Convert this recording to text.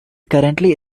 currently